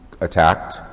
attacked